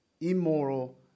immoral